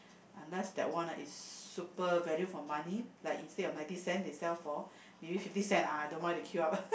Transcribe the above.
unless that one ah is super value for money like instead of ninety cent they sell for maybe fifty cent ah I don't mind to queue up